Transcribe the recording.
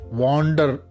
wander